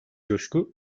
coşku